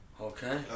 okay